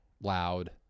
loud